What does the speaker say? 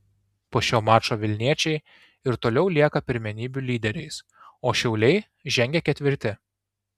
po šio mačo vilniečiai ir toliau lieka pirmenybių lyderiais o šiauliai žengia ketvirti